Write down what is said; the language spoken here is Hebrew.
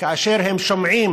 הם שומעים